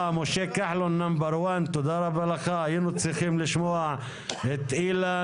משה כחלון number 1. היינו צריכים לשמוע את אילן